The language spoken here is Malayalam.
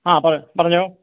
ആ പറ പറഞ്ഞോ